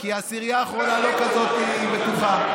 כי העשירייה האחרונה לא כזאת בטוחה.